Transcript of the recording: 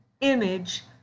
image